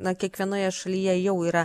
na kiekvienoje šalyje jau yra